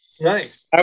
Nice